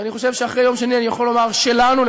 ואני חושב שאחרי יום שני אני יכול לומר: שלנו,